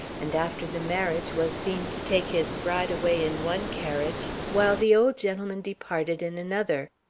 and after the marriage was seen to take his bride away in one carriage while the old gentleman departed in another.